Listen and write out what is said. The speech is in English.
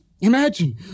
Imagine